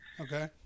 Okay